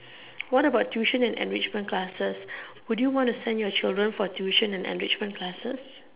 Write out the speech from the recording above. what about tuition and enrichment classes would you want to send your children for tuition and enrichment classes